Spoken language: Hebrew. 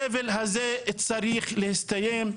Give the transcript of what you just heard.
הסבל הזה צריך להסתיים.